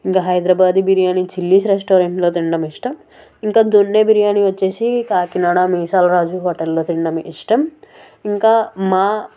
ఇంక హైదరాబాద్ బిర్యానీ చిల్లీస్ రెస్టారెంట్లో తినడం ఇష్టం ఇంకా దొన్నె బిర్యాని వచ్చేసి కాకినాడ మీసాల రాజు హోటల్లో తినడం ఇష్టం ఇంకా మా